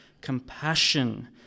compassion